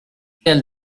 quel